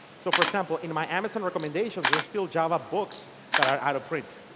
so, for example, in my amazon recommendations, there's still java books that are out of print.